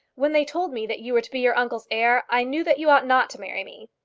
when they told me that you were to be your uncle's heir, i knew that you ought not to marry me.